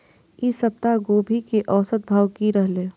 ई सप्ताह गोभी के औसत भाव की रहले?